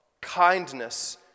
kindness